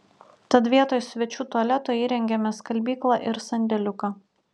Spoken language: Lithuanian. tad vietoj svečių tualeto įrengėme skalbyklą ir sandėliuką